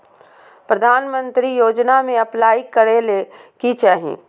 प्रधानमंत्री योजना में अप्लाई करें ले की चाही?